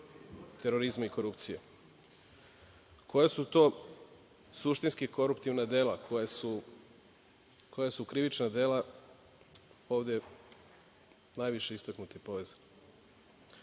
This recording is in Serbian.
terorizma i korupcije. Koja su to suštinski koruptivna dela, koja su krivična dela ovde najviše istaknuta i povezana?